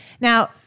Now